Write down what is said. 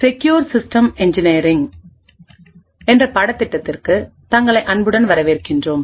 secure systems இன்ஜினியரிங்என்ற பாடத்திட்டத்திற்கு தங்களை அன்புடன் வரவேற்கின்றோம்